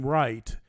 right